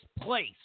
place